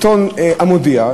עיתון "המודיע",